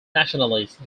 nationalist